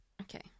Okay